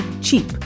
cheap